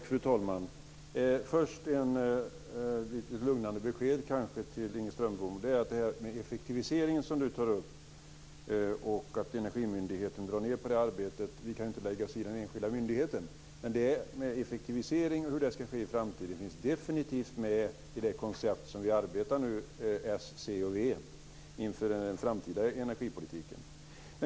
Fru talman! Först ett lite lugnande besked till Inger Strömbom, som tar upp effektiviseringen och att Energimyndigheten drar ned på det arbetet - vi kan inte lägga oss i den enskilda myndighetens arbete. Hur effektiviseringen ska ske i framtiden finns definitivt med i det koncept vi i s, c och v arbetar med inför den framtida energipolitiken.